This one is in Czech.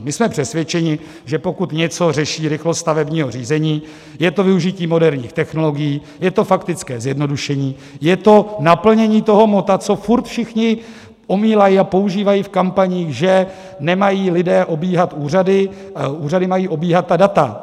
My jsme přesvědčeni, že pokud něco řeší rychlost stavebního řízení, je to využití moderních technologií, je to faktické zjednodušení, je to naplnění toho motta, co furt všichni omílají a používají v kampaních, že nemají lidé obíhat úřady, úřady mají obíhat data.